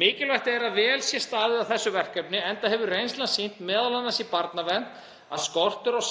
mínu áðan — að vel sé staðið að þessu verkefni, enda hefur reynslan sýnt, m.a. í barnavernd, að skortur á